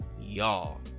y'all